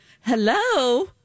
Hello